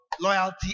Loyalty